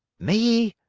me!